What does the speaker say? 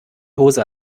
hose